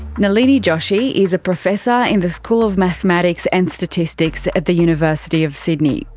nalini joshi is a professor in the school of mathematics and statistics at the university of sydney.